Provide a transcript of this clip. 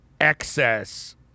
excess